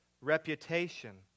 reputation